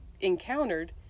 encountered